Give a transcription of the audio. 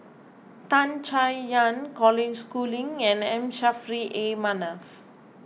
Tan Chay Yan Colin Schooling and M Saffri A Manaf